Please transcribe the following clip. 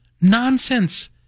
Nonsense